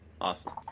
Awesome